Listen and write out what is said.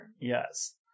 Yes